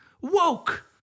Woke